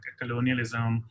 colonialism